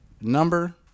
Number